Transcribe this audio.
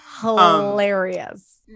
hilarious